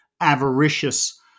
avaricious